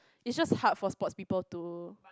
it's just hard for sports people to